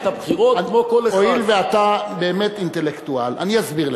היות שאתה באמת אינטלקטואל, אני אסביר לך.